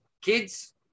kids